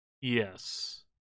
Yes